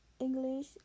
English